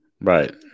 Right